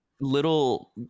little